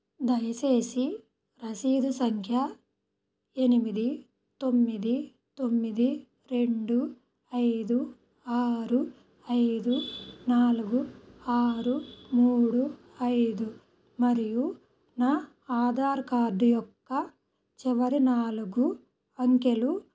దయచేసి రసీదు సంఖ్య ఎనిమిది తొమ్మిది తొమ్మిది రెండు ఐదు ఆరు ఐదు నాలుగు ఆరు మూడు ఐదు మరియు నా ఆధార్ కార్డ్ యొక్క చివరి నాలుగు అంకెలు